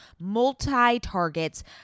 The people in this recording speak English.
multi-targets